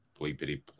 bleepity